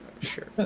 Sure